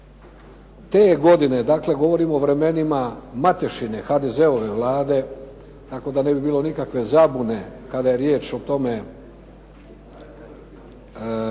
Te godine, dakle govorim o vremenima Matešine HDZ-ove Vlade, tako da ne bi bilo nikakve zabune kada je riječ o tome